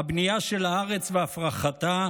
הבנייה של הארץ והפרחתה,